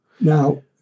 Now